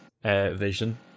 Vision